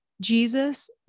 Jesus